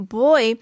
boy